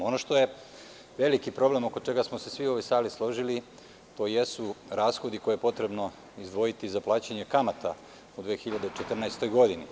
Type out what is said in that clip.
Ono što je veliki problem, oko čega smo se svi u ovoj sali složili, to jesu rashodi koje je potrebno izdvojiti za plaćanje kamata u 2014. godini.